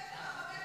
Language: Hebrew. יש לך חמש דקות,